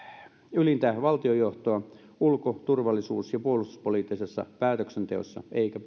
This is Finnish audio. ylintä valtionjohtoa ulko turvallisuus ja puolustuspoliittisessa päätöksenteossa eikä